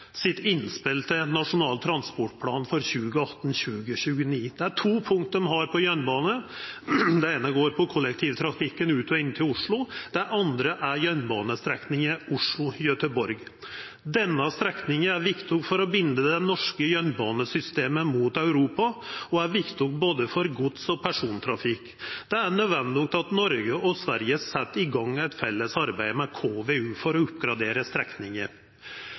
til Nasjonal transportplan for 2018–2029. Dei har to punkt om jernbane. Det eine går på kollektivtrafikken ut frå og inn til Oslo, det andre er jernbanestrekninga Oslo–Göteborg. Denne strekninga er viktig for å binda det norske jernbanesystemet saman med Europa og viktig for både gods- og persontrafikk. Det er nødvendig at Noreg og Sverige set i gang eit felles arbeid med KVU for å oppgradera strekninga.